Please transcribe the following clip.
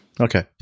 Okay